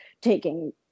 taking